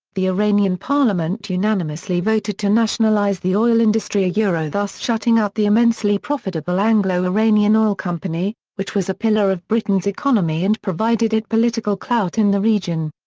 the iranian parliament unanimously voted to nationalize the oil industry yeah thus shutting out the immensely profitable anglo-iranian oil company, which was a pillar of britain's economy and provided it political clout in the region.